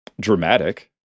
dramatic